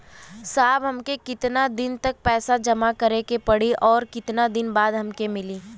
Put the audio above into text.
साहब हमके कितना दिन तक पैसा जमा करे के पड़ी और कितना दिन बाद हमके मिली?